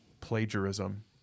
plagiarism